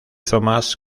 thomas